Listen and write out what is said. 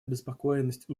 обеспокоенность